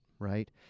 Right